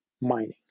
mining